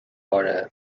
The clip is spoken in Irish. háirithe